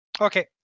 Okay